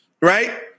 right